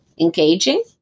engaging